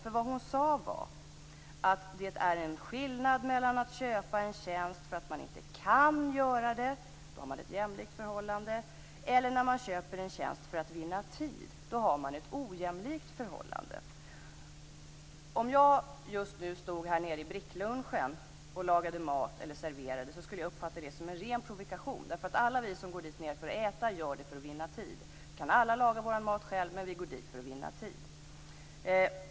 Det hon sade var att det är skillnad mellan att köpa en tjänst för att man inte kan utföra saken själv, då har man ett jämlikt förhållande, och att köpa en tjänst för att vinna tid. Då har man ett ojämlikt förhållande. Om jag just nu stod nere i bricklunchen och lagade mat eller serverade skulle jag uppfatta det som en ren provokation. Alla vi som går dit för att äta gör det för att vinna tid. Vi kan alla laga vår mat själva, men vi går dit för att vinna tid.